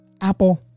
Apple